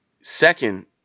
second